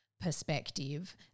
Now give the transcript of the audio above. perspective